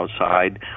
outside